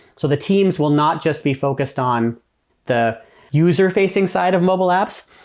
so the teams will not just be focused on the user-facing side of mobile apps.